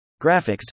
graphics